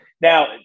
Now